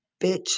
bitch